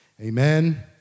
Amen